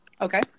Okay